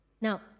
Now